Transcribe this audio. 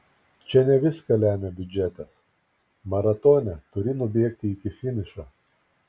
čia ne viską lemia biudžetas maratone turi nubėgti iki finišo